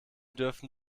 dürften